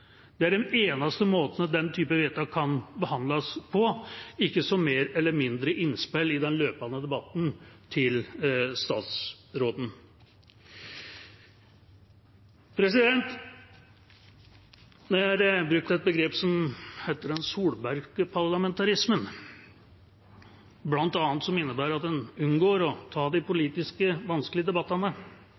Det er det eneste måten den typen vedtak kan behandles på, ikke som mer eller mindre innspill i den løpende debatten til statsråden. Jeg har brukt begrepet «den solbergske parlamentarismen», som bl.a. innebærer at en unngår å ta de vanskelige politiske debattene.